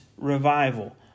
revival